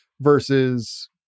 versus